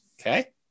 Okay